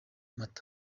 mata